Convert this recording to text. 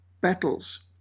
battles